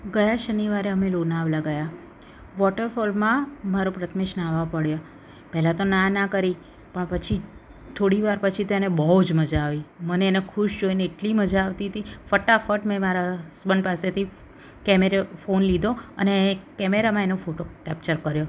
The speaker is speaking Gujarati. ગયા શનિવારે અમે લોનાવલા ગયા વોટરફોલમાં મારો પ્રથમેશ નાવા પડ્યો પહેલાં તો ના ના કરી પણ પછી થોડી વાર પછી તો એને બહુ જ મજા આવી મને એને ખુશ જોઈને એટલી મજા આવતી હતી ફટાફટ મેં મારા હસબંડ પાસેથી કેમેરો ફોન લીધો અને કેમેરામાં એનો ફોટો કેપ્ચર કર્યો